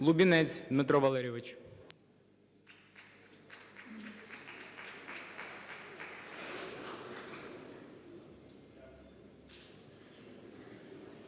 Лубінець Дмитро Валерійович.